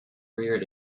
reared